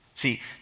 See